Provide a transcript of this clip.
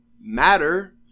matter